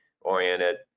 oriented